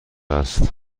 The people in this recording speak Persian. است